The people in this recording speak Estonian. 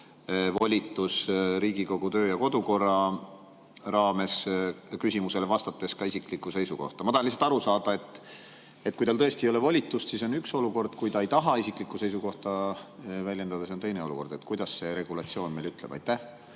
volitus Riigikogu töö- ja kodukorra raames küsimusele vastates ka isiklikku seisukohta väljendada? Ma tahan lihtsalt aru saada: kui tal tõesti ei ole volitust, siis on üks olukord, kui ta ei taha isiklikku seisukohta väljendada, siis on teine olukord. Mida see regulatsioon meil ütleb? Lihtsalt